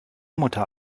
mutter